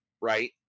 Right